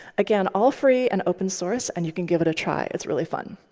again, all free and open source, and you can give it a try. it's really fun.